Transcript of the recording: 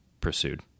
pursued